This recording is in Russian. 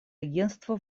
агентства